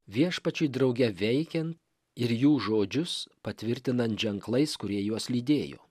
viešpačiui drauge veikiant ir jų žodžius patvirtinant ženklais kurie juos lydėjo